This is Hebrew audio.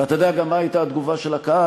ואתה יודע גם מה הייתה התגובה של הקהל?